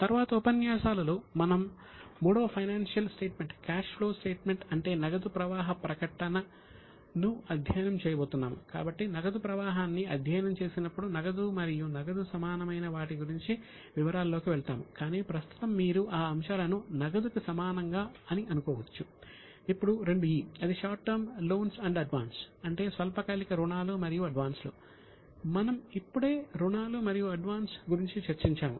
తరువాత ఉపన్యాసాల లో మనం మూడవ financial statement cash flow statement అంటే స్వల్పకాలిక రుణాలు మరియు అడ్వాన్సులు మనం ఇప్పుడే రుణాలు మరియు అడ్వాన్స్ గురించి చర్చించాము